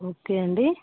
okay అండి